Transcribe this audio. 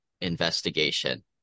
Investigation